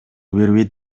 бербейт